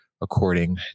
according